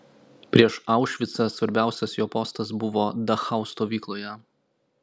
prieš aušvicą svarbiausias jo postas buvo dachau stovykloje